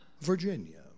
Virginia